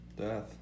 death